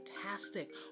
fantastic